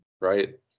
Right